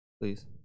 Please